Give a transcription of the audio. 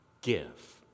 give